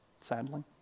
sadly